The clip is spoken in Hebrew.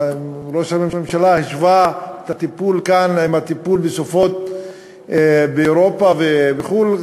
ראש הממשלה השווה את הטיפול כאן עם הטיפול בסופות באירופה ובחו"ל,